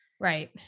right